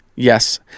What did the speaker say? Yes